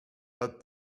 but